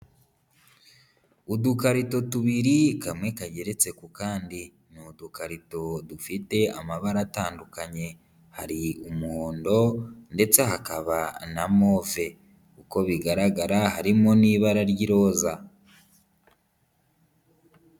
UUdukarito tubiri kamwe kageretse ku kandi, ni udukarito dufite amabara atandukanye hari umuhondo ndetse hakaba na move, uko bigaragara harimo n'ibara ry'iroza.